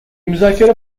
müzakere